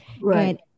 Right